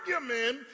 argument